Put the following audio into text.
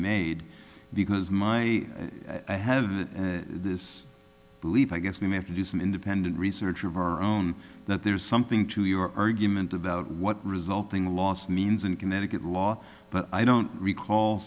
made because my i have this belief i guess we may have to do some independent research of our own that there is something to your argument about what resulting loss means in connecticut law but i don't recall